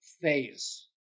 phase